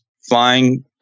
flying